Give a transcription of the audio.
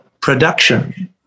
production